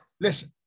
Listen